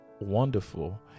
wonderful